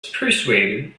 persuaded